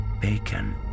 bacon